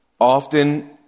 Often